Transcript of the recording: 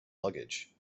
luggage